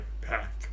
pack